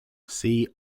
see